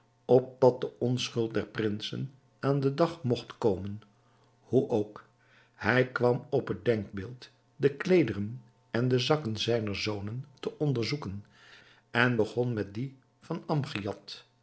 opdat de onschuld der prinsen aan den dag mogt komen hoe ook hij kwam op het denkbeeld de kleederen en de zakken zijner zonen te onderzoeken en begon met die van